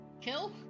Kill